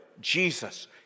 Jesus